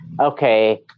Okay